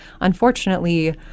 unfortunately